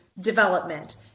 development